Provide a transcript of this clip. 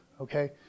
okay